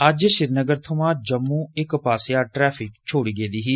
अज्ज श्रीनगर थमां जम्मू इक पास्सेआ ट्रैफिक छोडम् गेदी ही